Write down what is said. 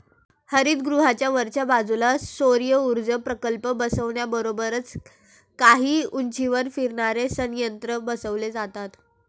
हरितगृहाच्या वरच्या बाजूला सौरऊर्जा प्रकल्प बसवण्याबरोबरच काही उंचीवर फिरणारे संयंत्रही बसवले जातात